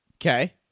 Okay